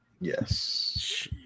Yes